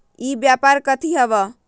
ई व्यापार कथी हव?